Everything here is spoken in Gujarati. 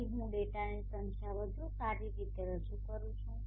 તેથી હું ડેટાની સંખ્યા વધુ સારી રીતે રજૂ કરું છું